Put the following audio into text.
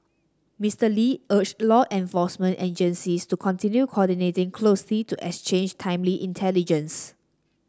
Mister Lee urged law enforcement agencies to continue coordinating closely to exchange timely intelligence